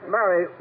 Mary